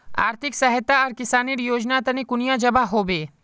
आर्थिक सहायता आर किसानेर योजना तने कुनियाँ जबा होबे?